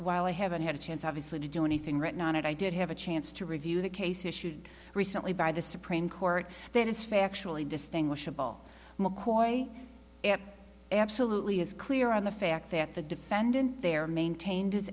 while i haven't had a chance obviously to do anything written on it i did have a chance to review the case issued recently by the supreme court that is factually distinguishable mccoy absolutely is clear on the fact that the defendant there maintained his